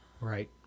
Right